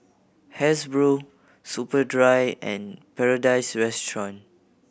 Hasbro Superdry and Paradise Restaurant